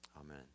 Amen